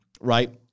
right